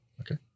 Okay